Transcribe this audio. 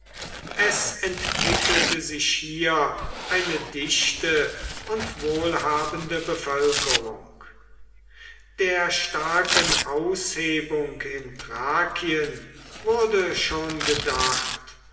es entwickelte sich hier eine dichte und wohlhabende bevölkerung der starken aushebung in thrakien wurde schon gedacht